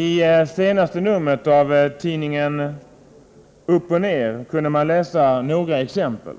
I senaste numret av tidningen Upp och ner kunde man läsa några exempel: